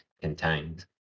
contains